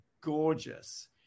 gorgeous